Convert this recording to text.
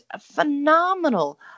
phenomenal